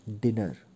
dinner